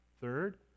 Third